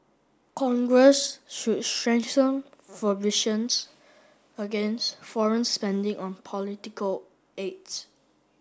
congress should strengthen against foreign spending on political ads